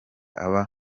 aba